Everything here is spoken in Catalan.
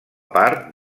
part